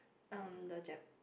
um the jap